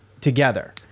together